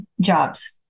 jobs